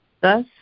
Thus